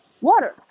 water